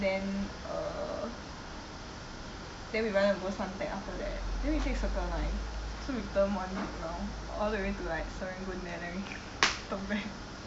then (err)then we wanted go suntec after that then we take circle line so we turn one round all the way to like serangoon there then we turn back